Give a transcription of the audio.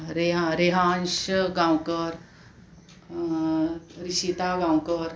Reha Rehansh Gaonkar Rishita Gaonkar